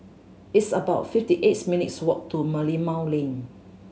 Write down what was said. it's about fifty eights minutes' walk to Merlimau Lane